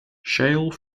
shale